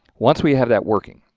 once we have that working,